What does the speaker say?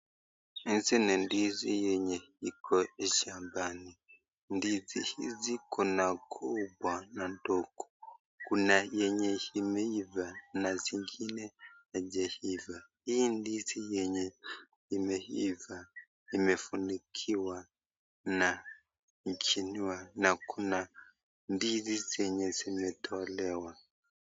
Hizi ni ndizi yenye iko shambani Ndizi hizi kuna kubwa na ndogo. Kuna yenye imeiva na zingine hazijaiva. Hii ndizi yenye imeiva imefunikiwa na kuna ndizi zenye zimetolewa.